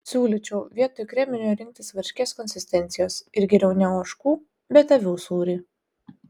siūlyčiau vietoj kreminio rinktis varškės konsistencijos ir geriau ne ožkų bet avių sūrį